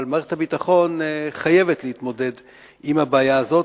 אבל מערכת הביטחון חייבת להתמודד עם הבעיה הזאת,